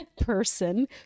person